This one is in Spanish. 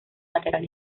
lateral